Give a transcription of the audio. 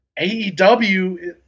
AEW